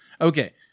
Okay